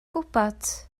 gwybod